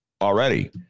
already